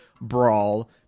brawl